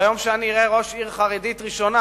ביום שאני אראה ראש עיר חרדית ראשונה,